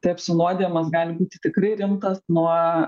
tai apsinuodijimas gali būti tikrai rimtas nuo